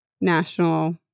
National